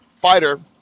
fighter